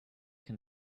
can